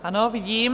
Ano, vidím.